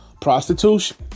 prostitution